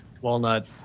Walnut